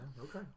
okay